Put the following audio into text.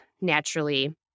naturally